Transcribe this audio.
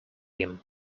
him